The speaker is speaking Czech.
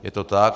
Je to tak.